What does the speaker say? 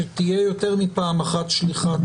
שתהיה יותר משליחה אחת,